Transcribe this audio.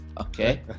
okay